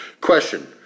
Question